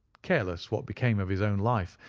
careless what became of his own life,